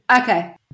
Okay